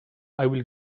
i’ll